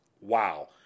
Wow